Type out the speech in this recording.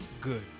Good